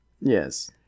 Yes